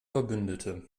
verbündete